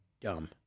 dumb